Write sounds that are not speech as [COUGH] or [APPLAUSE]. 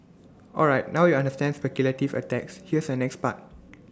[NOISE] alright now you understand speculative attacks here's the next part [NOISE]